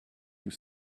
you